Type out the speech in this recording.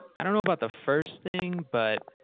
i don't know about the first thing, but